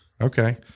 Okay